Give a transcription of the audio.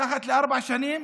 מתחת לארבע שנים